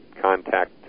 contact